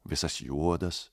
visas juodas